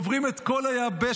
עוברים את כל היבשת,